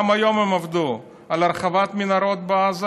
גם היום הם עבדו על הרחבת מנהרות בעזה.